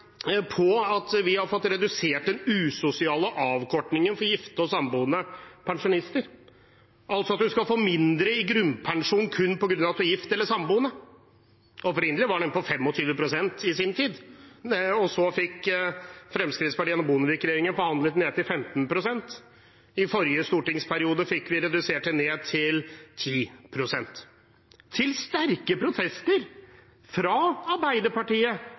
på at vi har fått redusert den usosiale avkortingen for gifte og samboende pensjonister, altså at man skal få mindre i grunnpensjon kun på grunn av at man er gift eller samboende. Opprinnelig var den på 25 pst., i sin tid, og så fikk Fremskrittspartiet gjennom Bondevik-regjeringen forhandlet den ned til 15 pst. I forrige stortingsperiode fikk vi redusert den til 10 pst. – til sterke protester fra Arbeiderpartiet,